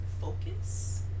focus